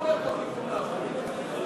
תמיד הולך בכיוון ההפוך.